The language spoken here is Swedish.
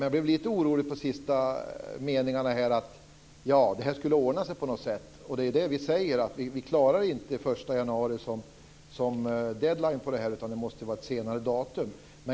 Jag blev lite orolig när jag hörde de sista meningarna i Laila Bäcks anförande, att det här på något sätt skall ordna sig. Vi menar att vi klarar inte att ha den 1 januari som deadline här, utan det måste vara fråga om ett senare datum.